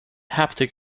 haptic